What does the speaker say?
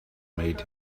made